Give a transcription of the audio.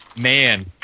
Man